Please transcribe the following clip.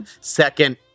second